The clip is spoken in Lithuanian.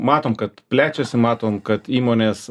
matom kad plečiasi matom kad įmonės